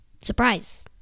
surprise